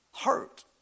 hurt